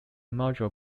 module